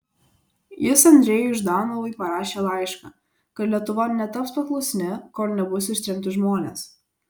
jis andrejui ždanovui parašė laišką kad lietuva netaps paklusni kol nebus ištremti žmonės